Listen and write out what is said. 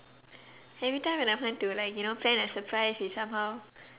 everytime when I want to like you know plan a surprise it somehow